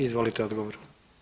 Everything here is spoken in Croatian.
Izvolite odgovor.